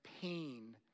pain